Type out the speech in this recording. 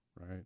Right